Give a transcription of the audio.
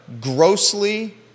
grossly